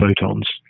photons